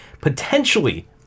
potentially